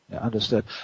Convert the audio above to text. Understood